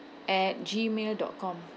at gmail dot com